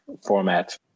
format